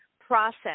process